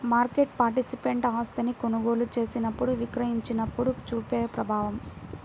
market participant ఆస్తిని కొనుగోలు చేసినప్పుడు, విక్రయించినప్పుడు చూపే ప్రభావం